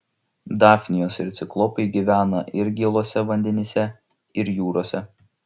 dafnijos ir ciklopai gyvena ir gėluose vandenyse ir jūrose